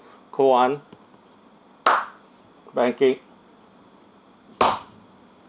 call one banking